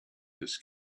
this